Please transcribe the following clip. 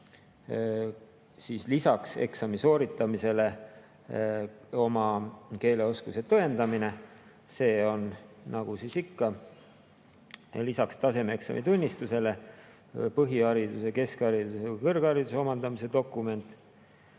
seisneb lisaks eksami sooritamisele oma keeleoskuse tõendamine. See on nagu ikka lisaks tasemeeksami tunnistusele põhihariduse ja keskhariduse või kõrghariduse omandamise dokument